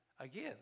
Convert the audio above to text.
Again